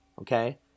okay